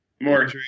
More